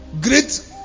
Great